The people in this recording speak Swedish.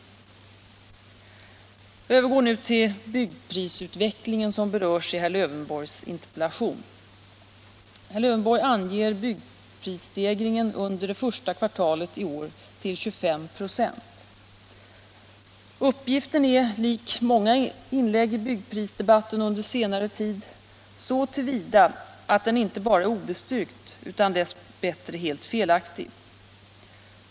Jag övergår nu till byggprisutvecklingen som berörs i herr Lövenborgs interpellation. Herr Lövenborg anger byggprisstegringen under det första kvartalet i år till 25 96. Uppgiften är lik många inlägg i byggprisdebatten under senare tid så till vida att den inte bara är obestyrkt utan dess bättre helt felaktig.